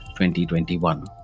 2021